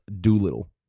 Doolittle